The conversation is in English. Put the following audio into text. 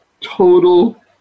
total